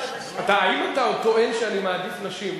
האם אתה עוד טוען שאני מעדיף נשים?